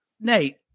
Nate